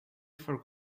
for